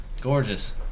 gorgeous